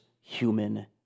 human